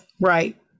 Right